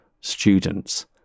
students